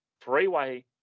three-way